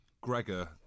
Gregor